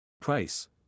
Price